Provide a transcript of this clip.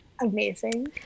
Amazing